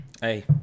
Hey